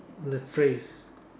the phrase